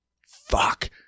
fuck